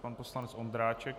Pan poslanec Ondráček.